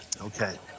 okay